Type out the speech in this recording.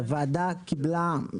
הוועדה קיבלה,